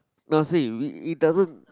nah see it doesn't